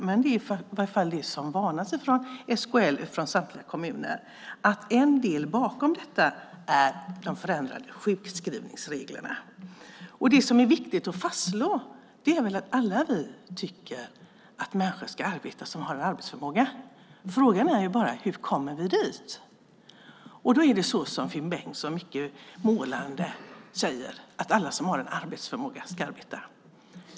SKL varnar för att en del av det som ligger bakom detta är de förändrade sjukskrivningsreglerna. Det är viktigt att fastslå att vi alla tycker att människor som har arbetsförmåga ska arbeta. Frågan är bara hur vi kommer dit. Som Finn Bengtsson så målande säger: Alla som har arbetsförmåga ska arbeta.